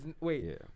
wait